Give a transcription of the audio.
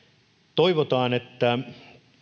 toivotaan että